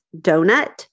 donut